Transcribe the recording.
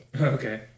Okay